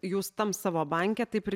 jūs tam savo banke taip ir